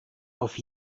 auf